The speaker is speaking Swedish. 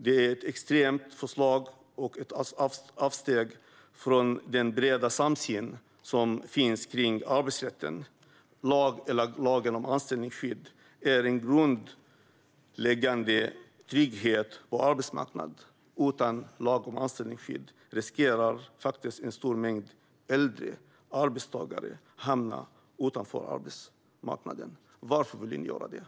Det är ett extremt förslag och ett avsteg från den breda samsyn som finns när det gäller arbetsrätten. Lagen om anställningsskydd är en grundläggande trygghet på arbetsmarknaden. Utan lagen om anställningsskydd riskerar faktiskt en stor mängd äldre arbetstagare att hamna utanför arbetsmarknaden. Varför vill ni göra detta?